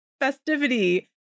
festivity